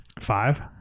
five